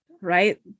right